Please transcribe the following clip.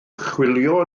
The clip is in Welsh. chwilio